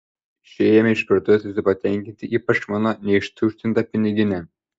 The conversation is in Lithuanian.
išėjome iš parduotuvės visi patenkinti ypač mano neištuštinta piniginė